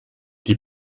die